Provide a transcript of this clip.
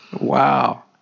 Wow